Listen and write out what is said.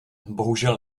bohužel